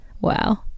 Wow